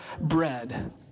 bread